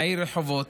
מהעיר רחובות,